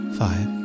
five